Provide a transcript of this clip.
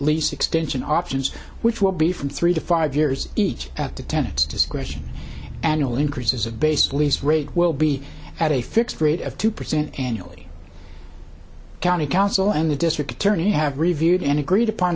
lease extension options which will be from three to five years each at the tenants discretion annual increases of base lease rate will be at a fixed rate of two percent annually county council and the district attorney have reviewed and agreed upon